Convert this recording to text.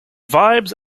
vibes